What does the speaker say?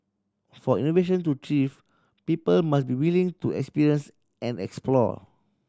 for innovation to thrive people must be willing to experience and explore